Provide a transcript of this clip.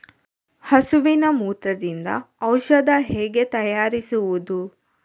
ಹಸುವಿನ ಮೂತ್ರದಿಂದ ಔಷಧ ಹೇಗೆ ತಯಾರಿಸುವುದು?